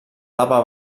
lava